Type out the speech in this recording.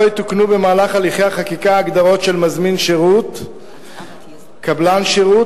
לא יתוקנו במהלך הליכי החקיקה הגדרות של מזמין שירות וקבלן שירות,